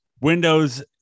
windows